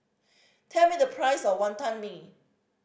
tell me the price of Wantan Mee